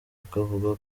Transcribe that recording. akavuga